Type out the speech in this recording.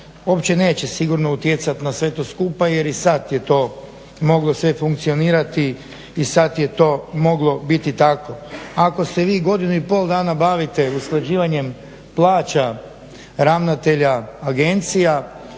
uopće neće sigurno utjecati na sve to skupa jer i sad je to moglo sve funkcionirati i sad je to moglo biti tako. Ako se vi godinu i pol dana bavite usklađivanjem plaća ravnatelja agencija